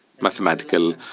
mathematical